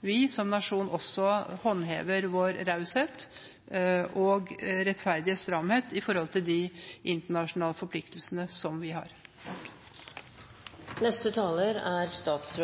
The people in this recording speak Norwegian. vi som nasjon håndhever vår raushet og rettferdige stramhet med hensyn til de internasjonale forpliktelsene som vi har. La meg først